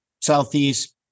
southeast